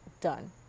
Done